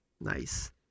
Nice